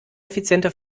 effizienter